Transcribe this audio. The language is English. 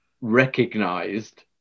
recognized